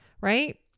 right